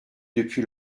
depuis